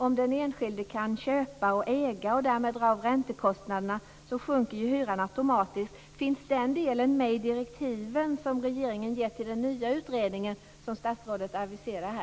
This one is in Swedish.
Om den enskilde kan köpa och äga och därmed dra av räntekostnaderna, sjunker hyran automatiskt. Finns den delen med i direktiven som regeringen har gett till den nya utredningen som statsrådet aviserade?